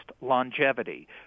longevity